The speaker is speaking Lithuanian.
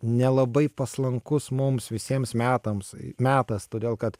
nelabai paslankus mums visiems metams metas todėl kad